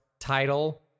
Title